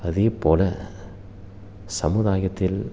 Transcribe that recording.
அதேபோல சமூதாயத்தில்